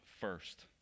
first